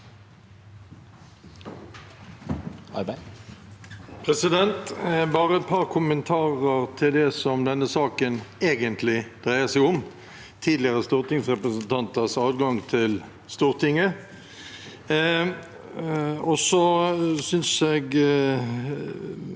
Bare et par kommentarer til det denne saken egentlig dreier seg om: tidligere stortingsrepresentanters adgang til Stortinget. Jeg synes at